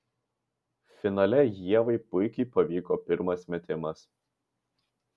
finale ievai puikiai pavyko pirmas metimas